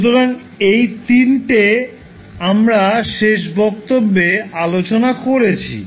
সুতরাং এই তিনটি আমরা শেষ বক্তব্যে আলোচনা করেছি